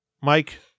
Mike